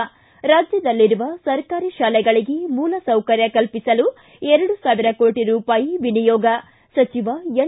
ರ್ಷಿ ರಾಜ್ಯದಲ್ಲಿರುವ ಸರ್ಕಾರಿ ಶಾಲೆಗಳಿಗೆ ಮೂಲ ಸೌಕರ್ಯ ಕಲ್ಪಿಸಲು ಎರಡು ಸಾವಿರ ಕೋಟ ರೂಪಾಯಿ ವಿನಿಯೋಗ ಸಚಿವ ಎನ್